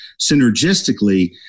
synergistically